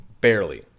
barely